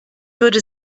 würde